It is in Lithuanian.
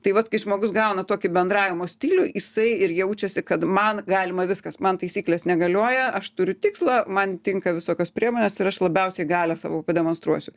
tai vat kai žmogus gauna tokį bendravimo stilių jisai ir jaučiasi kad man galima viskas man taisyklės negalioja aš turiu tikslą man tinka visokios priemonės ir aš labiausiai galią savo pademonstruosiu